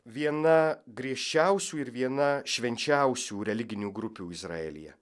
viena griežčiausių ir viena švenčiausių religinių grupių izraelyje